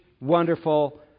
wonderful